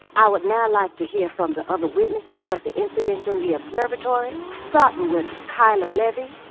i would now like to hear from the other witnesses of the incident in the observatory, starting with keila levy.